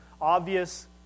obvious